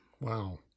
wow